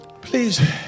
Please